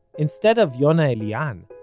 instead of yonah elian,